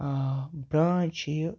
آ برٛانٛچ چھِ یہِ